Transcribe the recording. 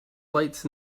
lights